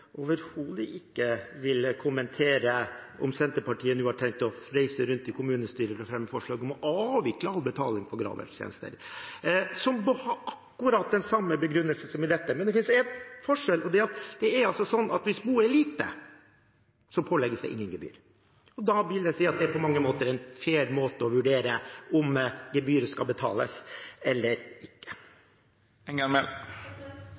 overhodet ikke vil kommentere om Senterpartiet nå har tenkt å reise rundt i kommunstyrene for å fremme forslag om å avvikle alle former for betaling for gravferdstjenester, og som bør ha akkurat samme begrunnelse som dette. Men det finnes én forskjell: Hvis boet er lite, pålegges det ingen gebyr. Da vil jeg si at det er en fair måte å vurdere om gebyret skal betales, eller